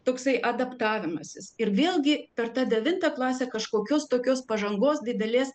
toksai adaptavimasis ir vėlgi per tą devintą klasę kažkokios tokios pažangos didelės